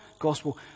gospel